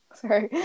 sorry